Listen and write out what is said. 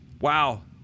wow